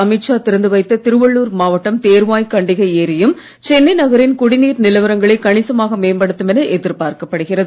அமித் ஷா திறந்து வைத்த திருவள்ளுர் மாவட்டம் தேர்வாய் கண்டிகை ஏரியும் சென்னை நகரின் குடிநீர் நிலவரங்களை கணிசமாக மேம்படுத்தும் என எதிர்பார்க்கப்படுகிறது